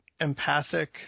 empathic